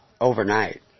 overnight